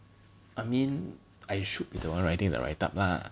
I mean I should be the one writing that write-up lah